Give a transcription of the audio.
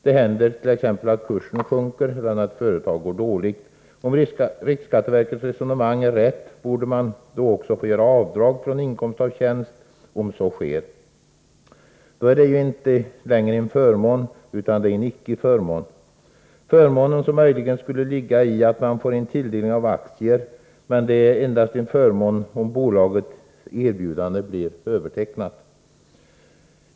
Det händer t.ex. att kursen sjunker eller att det företag som man är anställd i går dåligt. Om riksskatteverkets resonemang är riktigt, borde man få göra avdrag från inkomst av tjänst om kurserna sjunker. Då är det ju inte längre fråga om en förmån utan om en icke-förmån. Möjligen skulle det vara en förmån att man får vara med vid tilldelning av aktier. Men det är endast om bolagets erbjudande blir övertecknat som det är fråga om en förmån.